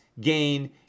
gain